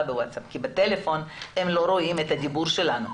בוואטסאפ כי בטלפון הם לא רואים את הדיבור שלנו.